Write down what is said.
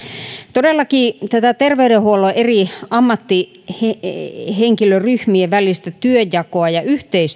todellakin tätä terveydenhuollon eri ammattihenkilöryhmien välistä työnjakoa ja yhteistyötä